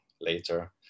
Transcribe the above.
later